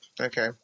Okay